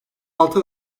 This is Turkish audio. altı